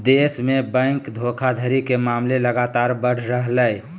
देश में बैंक धोखाधड़ी के मामले लगातार बढ़ रहलय